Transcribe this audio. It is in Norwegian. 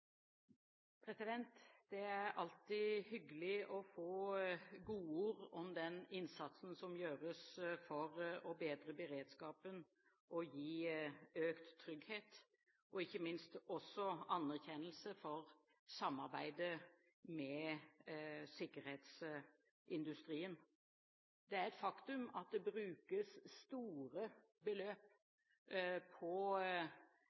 Det er alltid hyggelig å få godord om den innsatsen som gjøres for å bedre beredskapen og gi økt trygghet, og ikke minst også anerkjennelse for samarbeidet med sikkerhetsindustrien. Det er et faktum at det brukes store beløp på